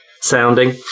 sounding